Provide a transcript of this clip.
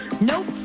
Nope